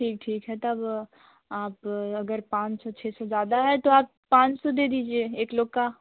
ठीक ठीक है तब आप अगर पाँच सौ छः सौ ज़्यादा है तो आप पाँच सौ दे दीजिए एक लोक का